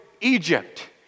Egypt